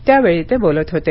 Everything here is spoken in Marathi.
त्यावेळी ते बोलत होते